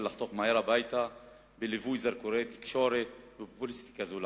לחתוך מהר הביתה בליווי זרקורי תקשורת ופופוליסטיקה זולה?